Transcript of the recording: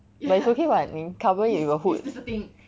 but it's okay [what] 你 cover it with your hood